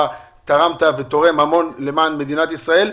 תרמת ותורם המון למען מדינת ישראל.